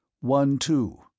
One-two